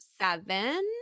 seven